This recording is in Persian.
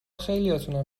خیلیاتونم